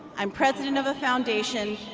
i'm president of a foundation,